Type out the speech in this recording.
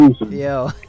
Yo